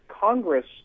Congress